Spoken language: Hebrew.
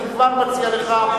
אני כבר מציע לך,